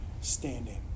standing